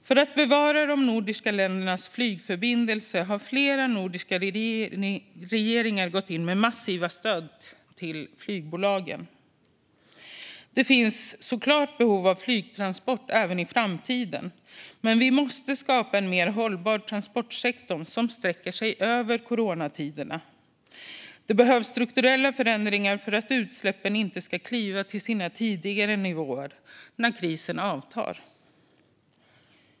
För att bevara de nordiska ländernas flygförbindelser har flera nordiska regeringar gått in med massiva stöd till flygbolagen. Det finns såklart behov av flygtransporter även i framtiden. Men vi måste skapa en mer hållbar transportsektor som sträcker sig över coronatiderna. Det behövs strukturella förändringar för att utsläppen inte ska kliva upp till sina tidigare nivåer när krisen avtar.